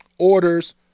orders